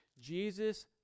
Jesus